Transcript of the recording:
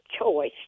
Choice